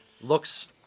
Looks